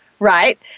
Right